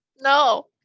No